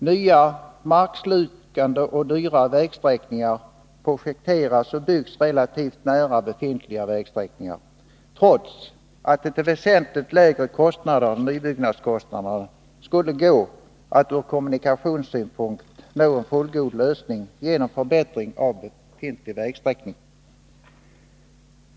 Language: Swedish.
Nya markslukande och dyra vägsträckningar projekteras och byggs relativt nära befintliga vägsträckningar, trots att det till väsentligt lägre kostnader än nybyggnadskostnaderna skulle gå att ur kommunikationssynpunkt nå en fullgod lösning genom förbättring av befintlig vägsträckning.